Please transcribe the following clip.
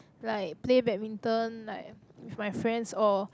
like play badminton like with my friends or